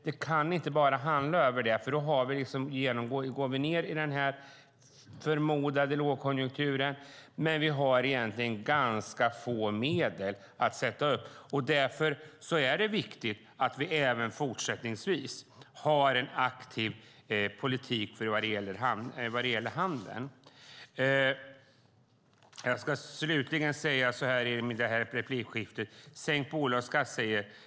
Det kan inte bara handla om detta. Då går vi ned i denna förmodade lågkonjunktur, men vi har egentligen ganska få medel att ta till. Därför är det viktigt att vi även fortsättningsvis har en aktiv politik vad gäller handeln. Statsrådet talade om sänkt bolagsskatt.